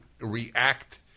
react